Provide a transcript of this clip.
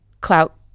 clout